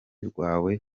rwawe